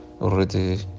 already